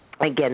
again